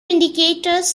indicators